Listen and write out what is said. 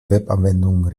webanwendung